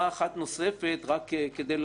בנוסף, רק כדי להבהיר